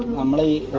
on the